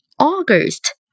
August